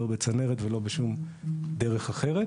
לא בצנרת ולא בשום דרך אחרת.